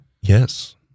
Yes